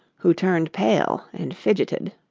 who turned pale and fidgeted.